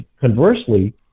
conversely